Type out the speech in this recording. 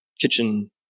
Kitchen